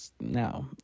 no